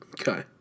Okay